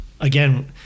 again